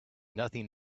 nothing